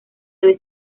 debe